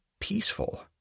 peaceful